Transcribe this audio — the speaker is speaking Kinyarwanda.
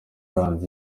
yunze